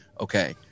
okay